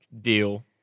deal